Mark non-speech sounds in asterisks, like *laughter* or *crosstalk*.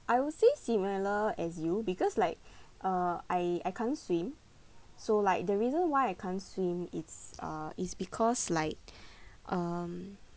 I would say similar as you because like *breath* uh I I can't swim so like the reason why I can't swim is uh is because like *breath* um